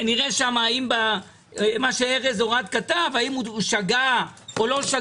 נראה שם מה שארז אורעד כתב, האם הוא שגה או לא.